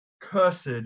Cursed